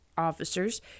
officers